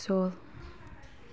Seoul